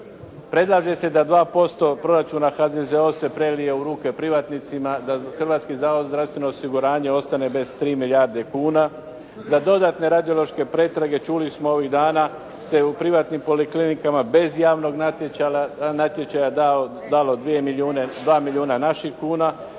Predlaže se da 2% proračuna HZZO-a se prelije u ruke privatnicima, da Hrvatski zavod za zdravstveno osiguranje ostane bez 3 milijarde kuna, da dodatne radiološke pretrage čuli smo ovih dana se u privatnim poliklinikama bez javnog natječaja dalo 2 milijuna naših kuna,